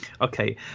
okay